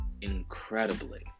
incredibly